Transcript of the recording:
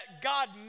God